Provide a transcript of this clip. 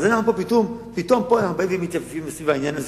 אז אנחנו פתאום באים ומתייפייפים סביב העניין הזה,